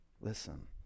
Listen